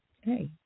hey